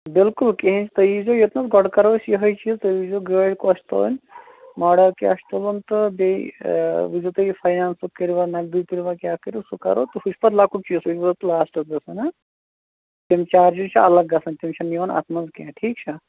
بِلکُل کِہیٖنٛۍ تُہۍ ییٖزیٚو یوٚتنَس گۄڈٕ کَرو أسۍ یِہَے چیٖز تُہۍ وچھ زِیٚو گٲڑۍ کۄس تُلۍ ماڈَل کیٛاہ چھُ تُلُن تہٕ بیٚیہِ وُچھ زیو تُہۍ یہِ فایِنَانٛسُک کٔرِوا نقدٕی کٔرِوا کیٛاہ کٔرِو سُہ کَرو تہٕ ہُہ چھُ پَتہٕ لَکُٹ چیٖز سُہ چھُ لاسٹَس گژھان ہاں تِم چارجِز چھِ الگ گژھان تِم چھِنہٕ یِوَان اَتھ منٛز کینٛہہ ٹھیٖک چھا